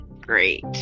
great